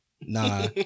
Nah